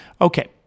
Okay